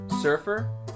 surfer